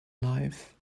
life